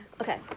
Okay